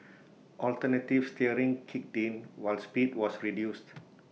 alternative steering kicked in while speed was reduced